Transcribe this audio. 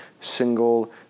single